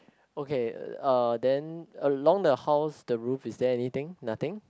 okay uh then along the house the roof is there anything nothing